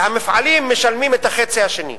והמפעלים משלמים את החצי השני.